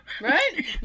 Right